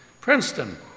Princeton